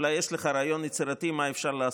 אולי יש לך רעיון יצירתי מה אפשר לעשות?